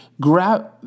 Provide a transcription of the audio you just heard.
grab